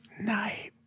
night